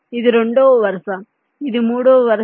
ఇది రెండవ వరుస ఇది మూడవ వరుస